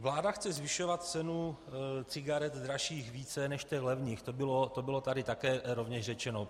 Vláda chce zvyšovat cenu cigaret dražších více než těch levných, to bylo tady také rovněž řečeno.